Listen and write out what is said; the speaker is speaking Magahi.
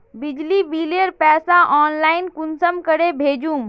बिजली बिलेर पैसा ऑनलाइन कुंसम करे भेजुम?